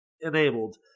enabled